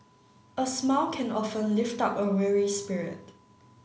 a smile can often lift up a weary spirit